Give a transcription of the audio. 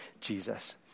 Jesus